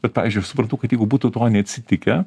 bet pavyzdžiui aš suprantu kad jeigu būtų to neatsitikę